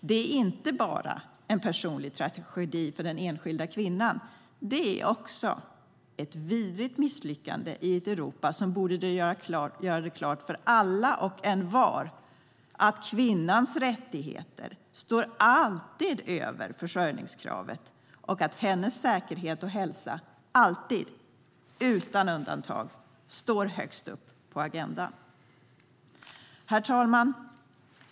Det är inte bara en personlig tragedi för den enskilda kvinnan, det är också ett vidrigt misslyckande i ett Europa som borde göra det klart för alla och envar att kvinnans rättigheter alltid står över försörjningskravet och att hennes säkerhet och hälsa alltid, utan undantag står högst upp på agendan. Herr talman!